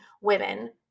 women